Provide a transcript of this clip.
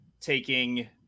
taking